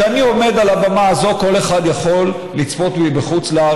כשאני עומד על הבמה הזאת כל אחד יכול לצפות בי בחוץ-לארץ,